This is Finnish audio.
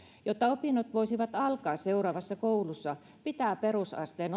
jotta opinnot voisivat alkaa seuraavassa koulussa pitää perusasteen